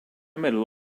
middle